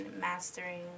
mastering